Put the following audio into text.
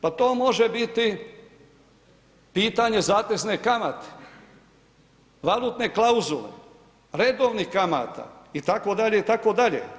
Pa to može biti pitanje zatezne kamate, valutne klauzule, redovnih kamata itd. itd.